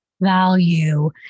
value